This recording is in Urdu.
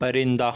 پرندہ